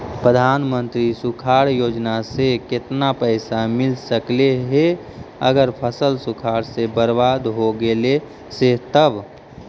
प्रधानमंत्री सुखाड़ योजना से केतना पैसा मिल सकले हे अगर फसल सुखाड़ से बर्बाद हो गेले से तब?